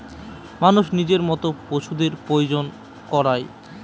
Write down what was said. মানুষ নিজের মত পশুদের প্রজনন করায়